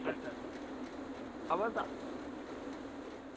अच्छा अच्छा आवा दा